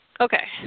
Okay